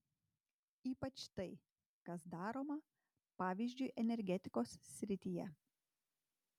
ypač tai kas daroma pavyzdžiui energetikos srityje